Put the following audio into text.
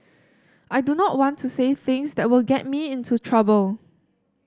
I do not want to say things that will get me into trouble